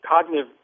cognitive